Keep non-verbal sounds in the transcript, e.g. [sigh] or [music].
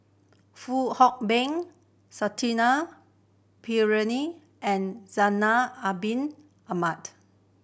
Fong Hoe Beng [unintelligible] Pereira and Zainal Abidin Ahmad